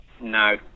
No